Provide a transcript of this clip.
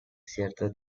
cierto